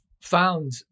found